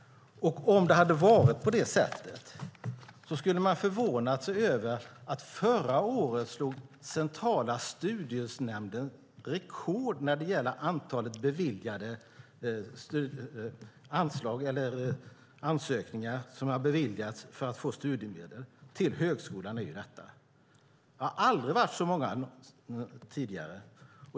Om det hade varit på det sättet skulle man ha förvånat sig över att Centrala studiestödsnämnden förra året slog rekord när det gäller antalet beviljade ansökningar om studiemedel till studerande vid högskola. Det har aldrig varit så många tidigare.